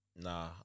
Nah